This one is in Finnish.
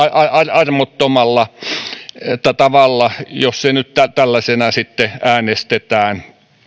armottomalla tavalla jos se nyt tällaisena äänestetään